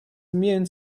immune